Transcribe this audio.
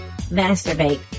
masturbate